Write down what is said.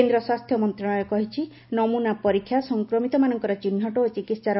କେନ୍ଦ୍ର ସ୍ୱାସ୍ଥ୍ୟ ମନ୍ତ୍ରଣାଳୟ କହିଛି ନମୁନା ପରୀକ୍ଷା ସଂକ୍ରମିତମାନଙ୍କର ଚିହ୍ନଟ ଓ ଚିକିିିିି